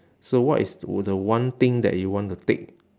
so what is the o~ the one thing that you want to take